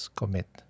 commit